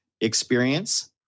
experience